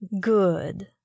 Good